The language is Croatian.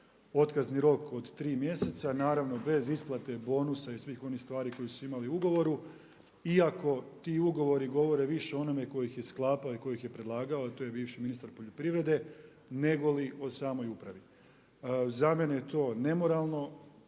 otkazni rok od 3 mjeseca, naravno bez isplate bonusa i svih oni stvari koje su imali u ugovoru iako ti ugovori govore više o onome tko ih je sklapa i tko ih je predlagao a to je bivši ministar poljoprivrede nego li o samoj upravi. Za mene je to nemoralno,